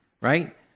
right